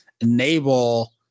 Enable